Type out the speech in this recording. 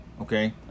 okay